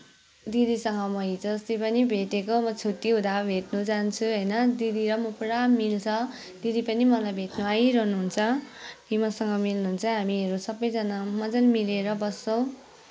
दिदीसँग म हिजो अस्ति पनि भेटेको म छुट्टी हुँदा भेट्न जान्छु होइन दिदी र म पुरा मिल्छ दिदी पनि मलाई भेट्न आइरहनुहुन्छ अनि मसँग मिल्नुहुन्छ हामीहरू सबैजना मज्जाले मिलेर बस्छौँ